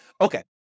Okay